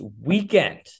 weekend